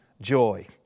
joy